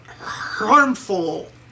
harmful